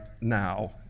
now